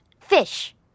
fish